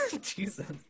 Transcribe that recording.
Jesus